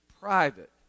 private